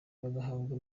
bagahabwa